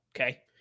Okay